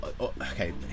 Okay